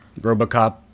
Robocop